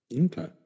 Okay